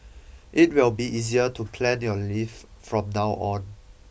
it will be easier to plan your leave from now on